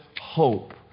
hope